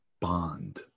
bond